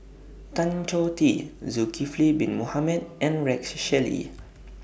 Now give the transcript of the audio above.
Tan Choh Tee Zulkifli Bin Mohamed and Rex Shelley